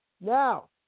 Now